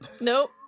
Nope